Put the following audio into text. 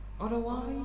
Otherwise